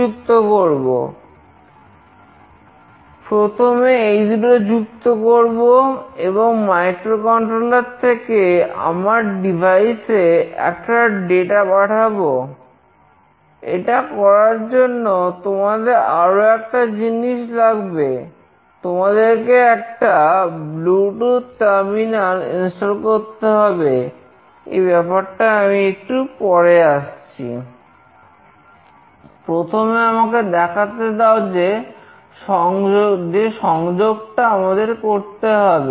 STM microcontroller করতে হবে এই ব্যাপারটায় আমি একটু পরে আসছি প্রথমে আমাকে দেখাতে দাও যে সংযোগ টা আমাদের করতে হবে